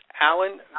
Alan